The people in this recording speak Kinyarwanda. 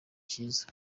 cyiza